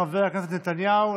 חבר הכנסת נתניהו.